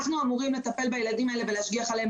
אנחנו אמורים לטפל בילדים האלה ולהשגיח עליהם,